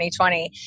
2020